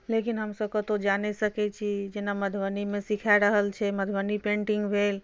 लेकिन हम सभ कतौ जा नहि सकै छी जेना मधुबनीमे सिखा रहल छै मधुबनी पेन्टिंग भेल